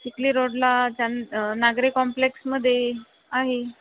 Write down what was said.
चिखली रोडला चांद नागरी कॉम्प्लेक्समध्ये आहे